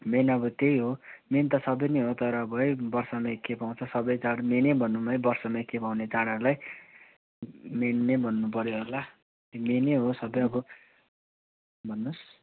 main अब त्यही हो मेन त सबै नै हो तर अब है वर्षमा एकखेप आउँछ सबै चाड मेनै भनौँ है वर्षमा एकखेप आउने चाडहरूलाई मेन नै भन्नुपऱ्यो होला मेनै हो सबै अब भन्नुहोस्